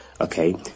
Okay